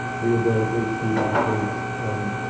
rehabilitate student athletes and